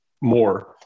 more